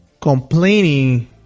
Complaining